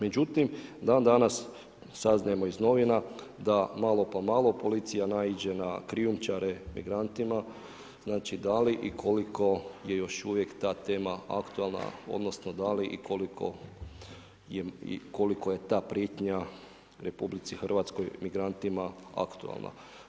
Međutim, dandanas saznajemo iz novina da malo pa malo policija naiđe na krijumčare migrantima, znači da li i koliko je još uvijek ta tema aktualna odnosno da li i koliko je ta prijetnja RH migrantima aktualna?